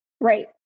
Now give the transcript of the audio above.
Right